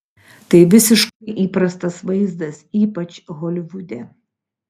tai visiškai įprastas vaizdas ypač holivude